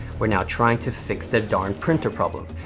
were now trying to fix their darn printer problem.